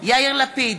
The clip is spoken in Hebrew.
יאיר לפיד,